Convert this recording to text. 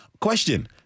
question